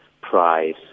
price